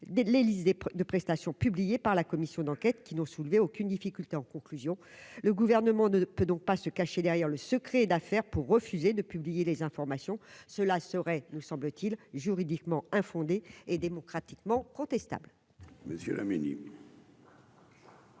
l'Élysée de prestation, publié par la commission d'enquête, qui n'ont soulevé aucune difficulté, en conclusion, le gouvernement ne peut donc pas se cacher derrière le secret d'affaires pour refuser de publier les informations cela serait, nous semble-t-il, juridiquement infondée et démocratiquement contestable.